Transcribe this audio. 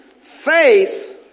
Faith